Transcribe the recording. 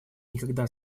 никогда